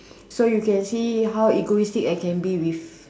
so you can see how egoistic I can be with